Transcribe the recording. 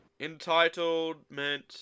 Entitlement